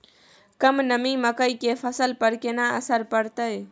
कम नमी मकई के फसल पर केना असर करतय?